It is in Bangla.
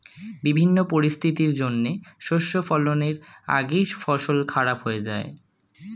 বিভিন্ন পরিস্থিতির জন্যে শস্য ফলনের আগেই ফসল খারাপ হয়ে যায়